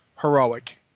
heroic